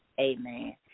Amen